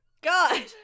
God